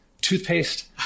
toothpaste